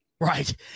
right